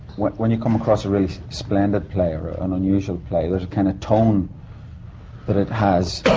when. when you come across a really splendid play or an unusual play, there's a kind of tone that it has,